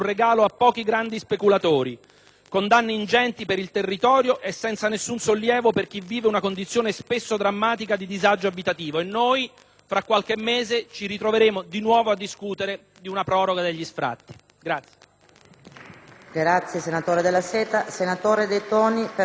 con danni ingenti per il territorio e senza alcun sollievo per chi vive una condizione spesso drammatica di disagio abitativo. E noi, tra qualche mese, ci troveremo di nuovo a discutere di una proroga degli sfratti.